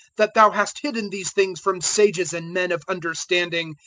that thou hast hidden these things from sages and men of understanding,